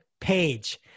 page